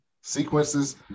sequences